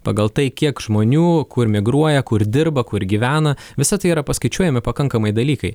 pagal tai kiek žmonių kur migruoja kur dirba kur gyvena visa tai yra paskaičiuojami pakankamai dalykai